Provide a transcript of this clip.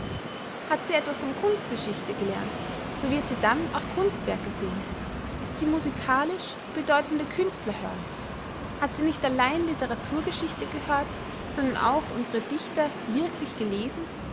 hat sie etwas von kunstgeschichte gelernt so wird sie dann auch kunstwerke sehen ist sie musikalisch bedeutende künstler hören hat sie nicht allein literaturgeschichte gehört sondern auch unsere dichter wirklich gelesen